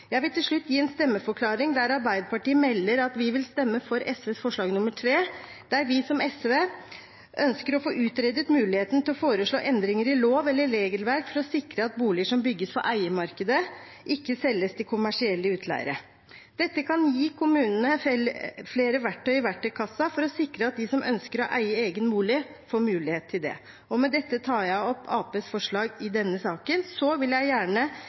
Jeg vil til slutt gi en stemmeforklaring der Arbeiderpartiet melder at vi vil stemme for SVs forslag nr. 3, der vi, som SV, ønsker å få utredet muligheten til å foreslå endringer i lov eller regelverk for å sikre at boliger som bygges for eiermarkedet, ikke selges til kommersielle utleiere. Dette kan gi kommunene flere verktøy i verktøykassen for å sikre at de som ønsker å eie egen bolig, får mulighet til det. Med dette anbefaler jeg komiteens tilråding i denne saken. Så vil jeg gjerne